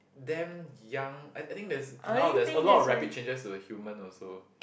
damn young I think I think there's now there's a lot of rapid changes to the humans also